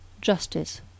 justice